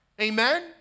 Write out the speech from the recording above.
Amen